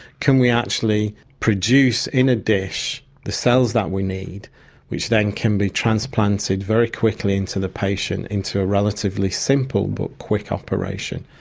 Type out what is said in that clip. can we actually produce in a dish the cells that we need which then can be transplanted very quickly into the patient into a relatively simple but quick operation?